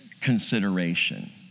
consideration